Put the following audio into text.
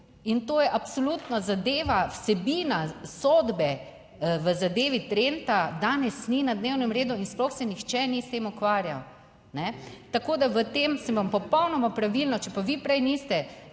In to je absolutno zadeva. Vsebina sodbe v zadevi Trenta danes ni na dnevnem redu in sploh se nihče ni s tem ukvarjal, ne. Tako da v tem se bom popolnoma pravilno. Če pa vi prej niste